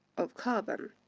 of carbon.